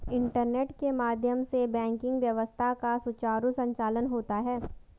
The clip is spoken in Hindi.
इंटरनेट के माध्यम से बैंकिंग व्यवस्था का सुचारु संचालन होता है